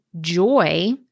joy